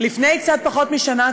לפני קצת פחות משנה,